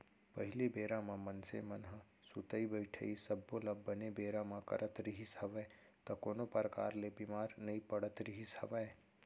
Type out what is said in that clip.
पहिली बेरा म मनसे मन ह सुतई बइठई सब्बो ल बने बेरा म करत रिहिस हवय त कोनो परकार ले बीमार नइ पड़त रिहिस हवय